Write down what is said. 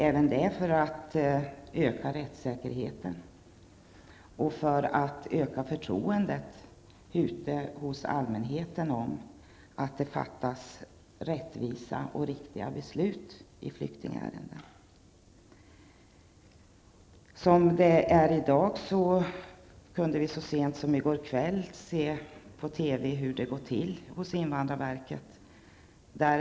Då skulle även här rättssäkerheten ökas, och förtroendet bland allmänheten för att det fattas rättvisa och riktiga beslut i flyktingärenden skulle också bli större. Så sent som i går kväll kunde vi i TV se hur det går till i invandrarverket.